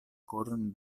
koron